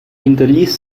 hinterließ